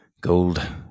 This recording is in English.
gold